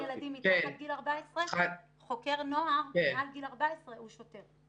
ילדים מתחת לגיל 14. חוקר נוער מעל גיל 14 הוא שוטר.